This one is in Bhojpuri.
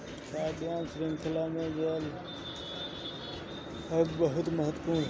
खाद्य शृंखला में जल कअ बहुत महत्व होला